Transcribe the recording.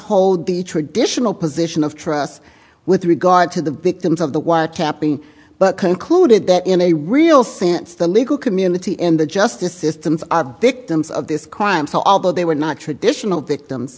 hold the traditional position of trust with regard to the victims of the wiretapping but concluded that in a real sense the legal community and the justice systems of victims of this crime so although they were not traditional victims